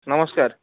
ନମସ୍କାର